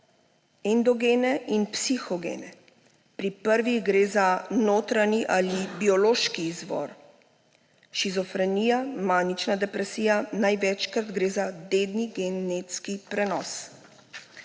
endogene in psihogene. Pri prvih gre za notranji ali biološki izvor, shizofrenija, manična depresija, največkrat gre za dedni genetski prenos.